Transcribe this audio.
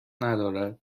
ندارد